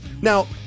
Now